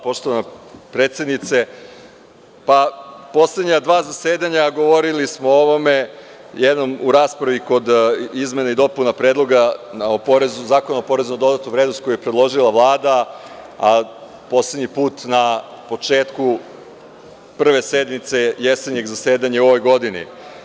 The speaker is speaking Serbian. Poštovana predsednice, poslednja dva zasedanja govorili smo o ovome, jednom u raspravi kod izmena i dopuna Zakona o porezu na dodatu vrednost koji je predložila Vlada, a poslednji put na početku Prve sednice jesenjeg zasedanja u ovoj godini.